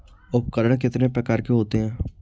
उपकरण कितने प्रकार के होते हैं?